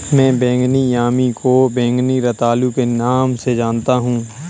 मैं बैंगनी यामी को बैंगनी रतालू के नाम से जानता हूं